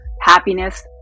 happiness